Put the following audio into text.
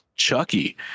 Chucky